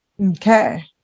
Okay